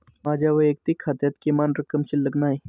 माझ्या वैयक्तिक खात्यात किमान रक्कम शिल्लक नाही